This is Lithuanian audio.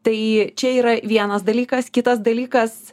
tai čia yra vienas dalykas kitas dalykas